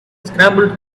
scrambled